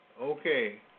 okay